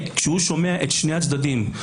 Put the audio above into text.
כשהוא שומע את שני הצדדים,